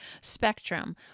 spectrum